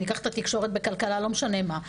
ניקח את התקשורת בכלכלה, לא משנה מה.